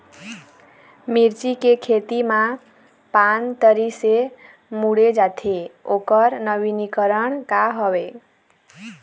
मिर्ची के खेती मा पान तरी से मुड़े जाथे ओकर नवीनीकरण का हवे?